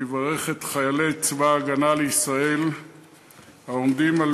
הוא יברך את חיילי צבא הגנה לישראל העומדים על